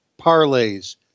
parlays